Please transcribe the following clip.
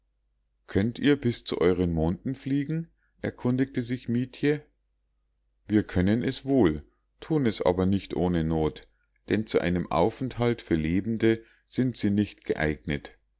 könnt ihr bis zu euren monden fliegen erkundigte sich mietje wir können es wohl tun es aber nicht ohne not denn zu einem aufenthalt für lebende sind sie nicht geeignet